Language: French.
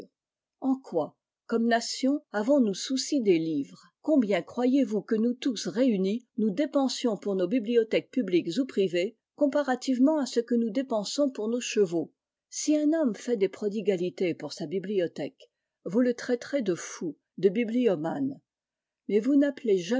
en quoi comme nation avons-nous souci des livres combien croyez-vous que nous tous réunis nous dépensions pour nos bibliothèques publiques ou privées comparativement à ce que nous dépensons pour nos chevaux si un homme fait des prodigalités pour sa bibliothèque vous le traiterez de fou de bibliomane mais vous n'appelez